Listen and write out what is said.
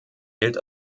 gilt